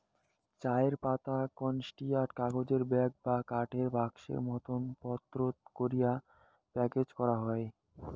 চায়ের পাতা ক্যানিস্টার, কাগজের ব্যাগ বা কাঠের বাক্সোর মতন পাত্রত করি প্যাকেজ করাং হই